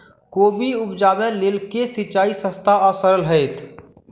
कोबी उपजाबे लेल केँ सिंचाई सस्ता आ सरल हेतइ?